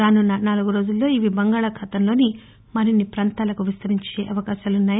రాసున్న నాలుగు రోజుల్లో ఇవి బంగాళాఖాతంలోని మరిన్ని పాంతాలకు విస్తరించే అవకాశాలున్నాయి